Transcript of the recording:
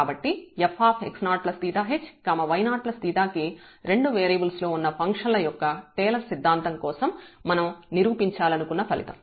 కాబట్టి fx0𝜃h y0𝜃k రెండు వేరియబుల్స్ లో ఉన్న ఫంక్షన్ల యొక్క టేలర్ సిద్ధాంతం కోసం మనం నిరూపించాలనుకున్న ఫలితం